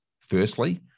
Firstly